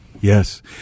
Yes